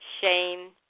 Shame